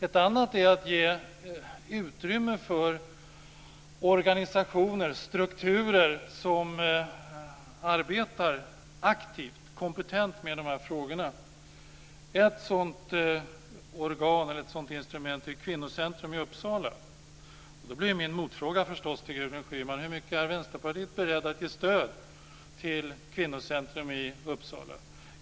Ett annat är att ge utrymme för organisationer och strukturer som arbetar aktivt och kompetent med dessa frågor. Ett sådant organ eller instrument är Kvinnocentrum i Uppsala. Då blir min motfråga till Gudrun Schyman förstås hur mycket stöd Vänsterpartiet är berett att ge till Kvinnocentrum i Uppsala.